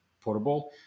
portable